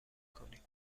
کنیم